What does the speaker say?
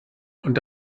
und